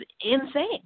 insane